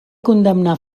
condemnar